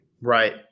Right